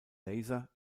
laser